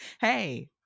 Hey